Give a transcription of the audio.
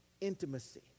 intimacy